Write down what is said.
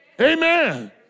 Amen